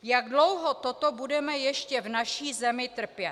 Jak dlouho toto budeme ještě v naší zemi trpět?